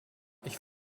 ich